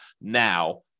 now